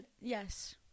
Yes